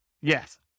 Yes